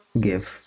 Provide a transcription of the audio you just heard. give